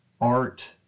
art